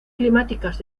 climáticas